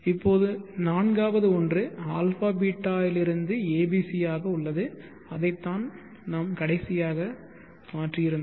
இப்போது நான்காவது ஒன்று αβ இருந்து abc ஆக உள்ளது அதைத்தான் நாங்கள் கடைசியாக மாற்றி இருந்தோம்